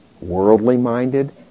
Worldly-minded